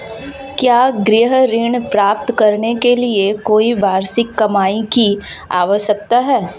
क्या गृह ऋण प्राप्त करने के लिए कोई वार्षिक कमाई की आवश्यकता है?